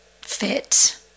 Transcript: fit